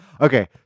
Okay